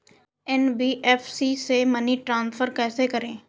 NBFC से money transfer कैसे करें?